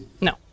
No